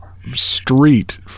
street